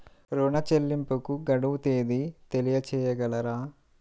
ఋణ చెల్లింపుకు గడువు తేదీ తెలియచేయగలరా?